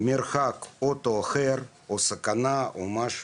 מרחק מאוטו אחר, או סכנה או משהו.